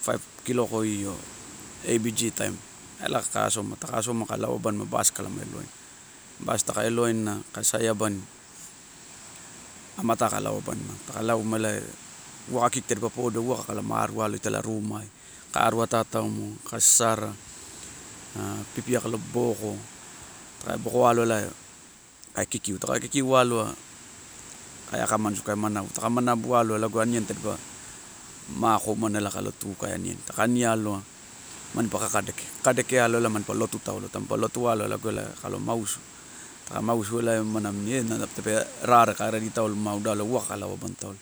five kiloko io abg time ela ka, asoma. Taka asoma ka lauabani bus kalama elowaina, bus taka elowaina kaisaiabani, amatai ka lao abanima, taka lauma elae uwaka kiki tadipa podo, uwaka kalama arua alo italai rumai, ka arua ata ataumo, kai sasara a pipia kalo boko, taka boko aloa elae kai kikiu taka kikiu aloa elae, kai akamanu, kai manabu, taka manabualoa, aniani tadipa mako umana ela kalo tu kai aniani, taka ani aloa mampa kakadeke, kaka deke aloa, ela mampa lotu taulo, taminipa lotu eloa lagu elae kolo mausu, taka mausu elae umana namini enae tape rare kai redi taulo ma udalo uwaka ka lau abani taulo.